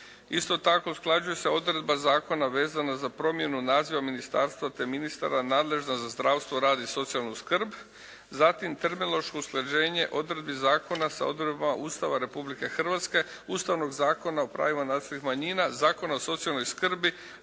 Isto tako usklađuje se odredba zakona vezana za promjenu naziva ministarstva te ministra nadležnog za zdravstvo, rad i socijalnu skrb. Zatim, terminološko usklađenje odredbi zakona sa odredbama Ustava Republike Hrvatske, Ustavnog zakona o pravima nacionalnih manjina, Zakona o socijalnoj skrbi,